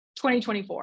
2024